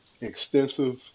extensive